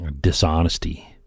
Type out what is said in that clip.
dishonesty